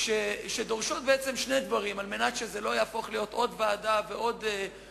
שדורשות שני דברים כדי שלא להפוך לעוד ועדה ועוד